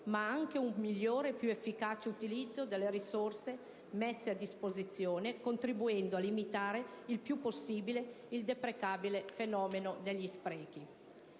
ma anche un migliore e più efficace utilizzo delle risorse messe a disposizione, contribuendo a limitare il più possibile il deprecabile fenomeno degli sprechi.